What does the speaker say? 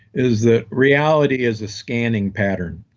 is that reality is a scanning pattern